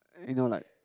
you know like